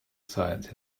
science